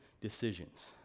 decisions